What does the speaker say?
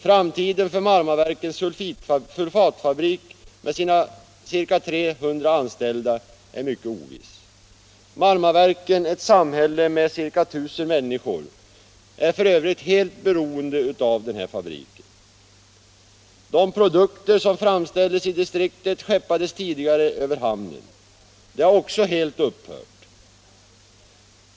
Framtiden för Marmaverkens Sulfatfabrik med ca 300 anställda är mycket oviss. Marmaverken, ett samhälle med ca 1000 människor, är f. ö. helt beroende av fabriken. De produkter som framställdes i distriktet skeppades tidigare över hamnen. Detta har också helt upphört.